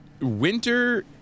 winter